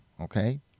okay